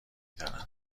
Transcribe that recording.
دارن